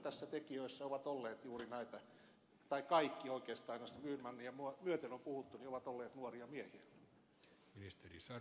molemmathan tekijöistä ovat olleet juuri näitä tai kaikki oikeastaan myyrmannia myöten joista on puhuttu nuoria miehiä